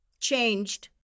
changed